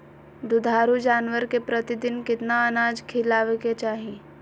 दुधारू जानवर के प्रतिदिन कितना अनाज खिलावे के चाही?